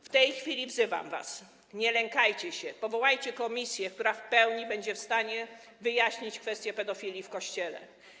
W tej chwili wzywam was: nie lękajcie się, powołajcie komisję, która w pełni będzie w stanie wyjaśnić kwestię pedofilii w Kościele.